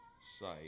site